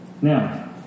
Now